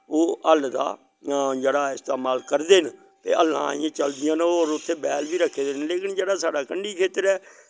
ओह् हल्ल दा जेह्ड़ा इस्तेमाल करदे न ते हल्लां अजें चलदियां न और उत्थें बैल बी रक्खे दे न लेकन जेह्ड़ा साढ़ा कण्डी खेत्तर ऐ